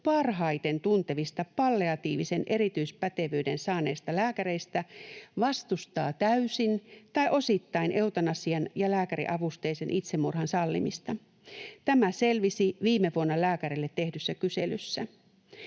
parhaiten tuntevista palliatiivisen erityispätevyyden saaneista lääkäreistä vastustaa täysin tai osittain eutanasian ja lääkäriavusteisen itsemurhan sallimista. Tämä selvisi viime vuonna lääkäreille tehdyssä kyselyssä.